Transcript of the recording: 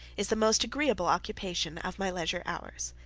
is the most agreeable occupation of my leisure hours.